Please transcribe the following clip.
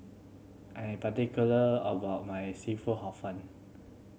I am particular about my seafood Hor Fun